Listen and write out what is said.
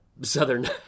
Southern